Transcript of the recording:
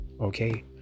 okay